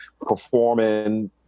performing